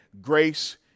Grace